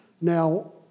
Now